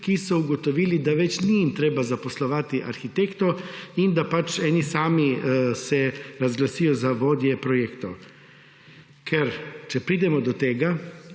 ki so ugotovila, da ni jim ni več treba zaposlovati arhitektov in da se pač sami razglasijo za vodje projektov. Ker če pridemo do tega,